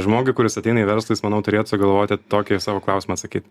žmogui kuris ateina į verslą jis manau turėtų galvoti tokį savo klausimą atsakyt